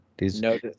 No